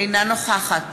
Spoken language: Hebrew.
אינה נוכחת